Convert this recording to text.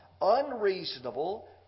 Unreasonable